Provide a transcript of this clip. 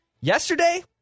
Yesterday